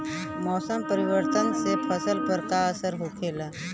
मौसम परिवर्तन से फसल पर का असर होखेला?